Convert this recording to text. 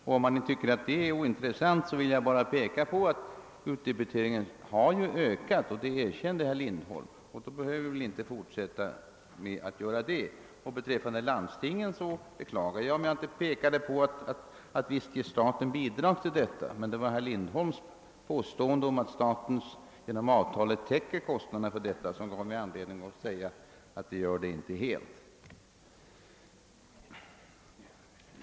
Om man tycker att det är ointressant, vill jag bara peka på att utdebiteringen ju har ökat. Det erkände herr Lindholm, och då behöver vi väl inte fortsätta någon diskussion om det. Beträffande landstingen beklagar jag, om jag inte pekade på att staten ger bidrag till mentalsjukhusen, men det var herr Lindholms påstående om att staten genom avtalet täcker kostnaderna för mentalsjukvården, som gav mig anledning att säga att det gör den inte helt.